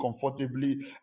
comfortably